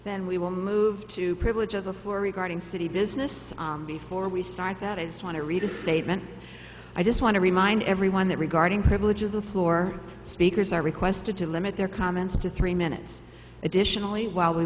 then we will move to privilege of the floor regarding city business before we start that i want to read a statement i just want to remind everyone that regarding privilege of the floor speakers are requested to limit their comments to three minutes additionally while we